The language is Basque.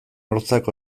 hortzak